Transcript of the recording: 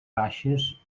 baixes